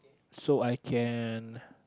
so I can